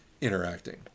interacting